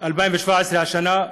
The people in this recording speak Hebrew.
2017 השנה,